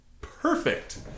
Perfect